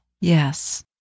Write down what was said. Yes